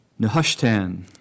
Nehushtan